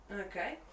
Okay